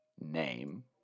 name